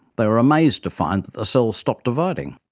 they were amazed to find that the cells stopped dividing.